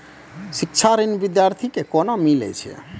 शिक्षा ऋण बिद्यार्थी के कोना मिलै छै?